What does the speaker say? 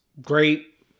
great